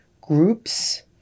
groups